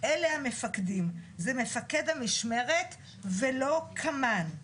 אלה המפקדים, זה מפקד המשמרת ולא קמ"ן.